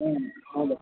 अँ हजुर